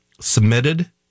submitted